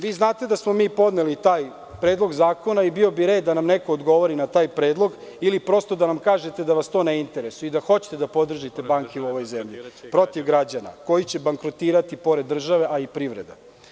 Vi znate da smo mi podneli taj predlog zakona i bio bi red da nam neko odgovori na taj predlog ili da nam kažete da vas to ne interesuje i da hoćete da podržite banke u ovoj zemlji, protiv građana koji će bankrotirati pored države, a i privreda.